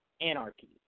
Anarchy